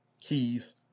keys